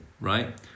right